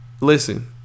Listen